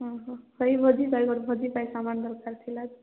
ହଁ ହଁ ସେଇ ଭୋଜି ପାଇଁ ଭୋଜି ସାମାନ ଦରକାର ଥିଲା